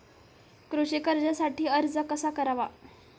कृषी कर्जासाठी अर्ज कसा करावा?